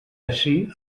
ací